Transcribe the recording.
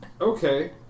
Okay